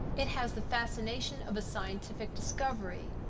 it has the fascination of a scientific discovery.